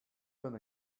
been